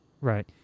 right